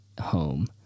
home